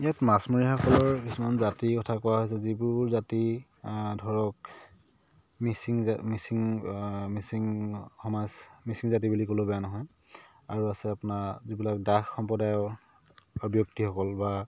ইয়াত মাছমৰীয়াসকলৰ কিছুমান জাতিৰ কথা কোৱা হৈছে যিবোৰ জাতি ধৰক মিচিং জাত মিচিং মিচিং সমাজ মিচিং জাতি বুলি ক'লেও বেয়া নহয় আৰু আছে আপোনাৰ যিবিলাক দাস সম্প্ৰদায়ৰ ব্যক্তিসকল বা